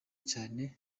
cyane